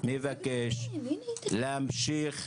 אני מבקש להמשיך.